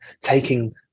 taking